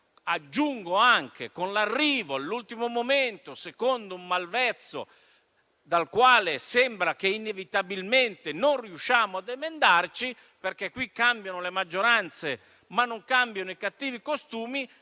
Aggiungo anche con l'arrivo all'ultimo momento, secondo un malvezzo dal quale sembra che inevitabilmente non riusciamo ad emendarci; cambiano le maggioranze, ma non cambiano i cattivi costumi